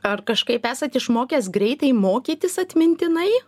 ar kažkaip esat išmokęs greitai mokytis atmintinai